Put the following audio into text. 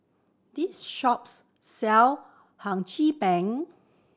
this shops sell Hum Chim Peng